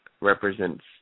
Represents